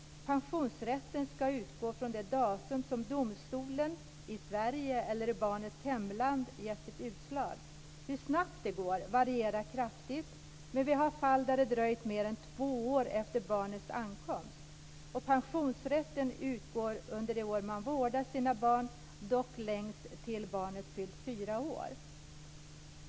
Pensionsrätten ska utgå från det datum som domstolen, i Sverige eller i barnets hemland, gett sitt utslag. Hur snabbt det går varierar kraftigt, men vi har fall där det dröjt mer än två år efter barnets ankomst. Pensionsrätten utgår under de år man vårdar sina barn, dock längst tills barnet fyllt fyra år.